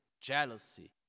jealousy